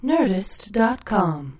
Nerdist.com